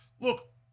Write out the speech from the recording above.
look